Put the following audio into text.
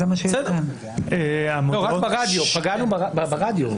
פגענו ברדיו.